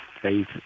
faith